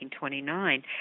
1929